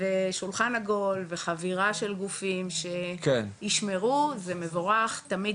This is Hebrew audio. ושולחן עגול וחבירה של גופים שישמרו זה מבורך תמיד,